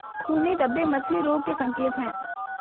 खूनी धब्बे मछली रोग के संकेत हैं